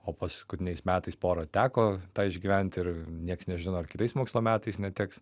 o paskutiniais metais pora teko tą išgyventi ir nieks nežino ar kitais mokslo metais neteks